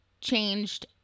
changed